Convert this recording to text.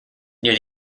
near